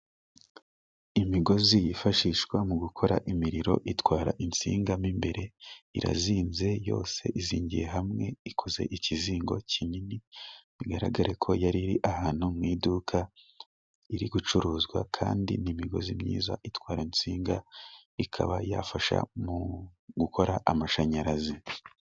Imigozi yifashishwa mu gukora imiriro itwara insinga mo imbere, irazinze yose izingiye hamwe ikoze ikizingo kinini bigaragare ko yari iri ahantu mu iduka. Iri gucuruzwa kandi n'imigozi myiza itwara insinga ikaba yafasha mu gukora amashanyarazi.